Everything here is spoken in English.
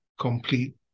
complete